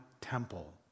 temple